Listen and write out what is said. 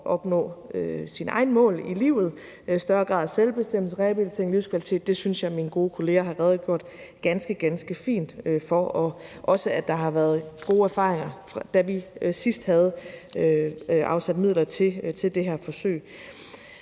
at opnå sine egne mål i livet, større grad af selvbestemmelse, rehabilitering, livskvalitet. Det synes jeg mine gode kolleger har redegjort ganske, ganske fint for, og det samme gælder, at der har været gode erfaringer, da vi sidst havde afsat midler til det her forsøg.